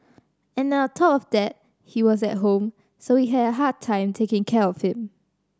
and then on top of that he was at home so we had a hard time taking care of him